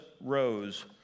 rose